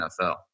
NFL